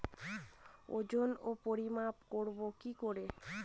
ওজন ও পরিমাপ করব কি করে?